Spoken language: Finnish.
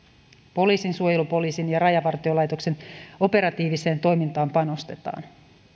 poliisin suojelupoliisin ja rajavartiolaitoksen operatiiviseen toimintaan panostetaan